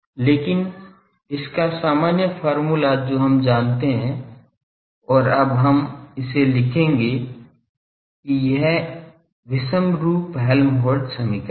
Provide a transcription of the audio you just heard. लेकिन इसका सामान्य फार्मूला जो हम जानते हैं और अब हम इसे लिखेंगे कि यह विषमरूप हेल्महोल्ट्ज़ समीकरण है